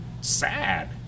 sad